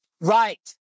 Right